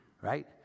right